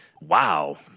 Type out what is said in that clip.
wow